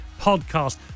podcast